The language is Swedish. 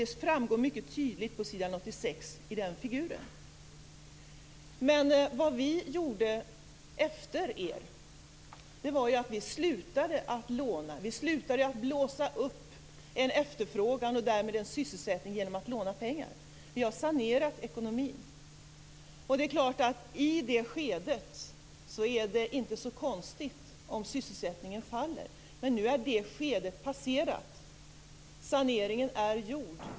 Det framgår mycket tydligt i figuren på s. 86. Men det vi gjorde efter er var att vi slutade låna. Vi slutade att blåsa upp en efterfrågan och därmed en sysselsättning genom att låna pengar. Vi har sanerat ekonomin. I det skedet är det inte så konstigt om sysselsättningen faller. Men nu är det skedet passerat. Saneringen är gjord.